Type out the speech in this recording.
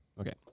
Okay